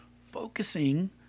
focusing